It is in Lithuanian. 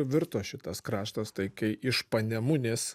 virto šitas kraštas tai kai iš panemunės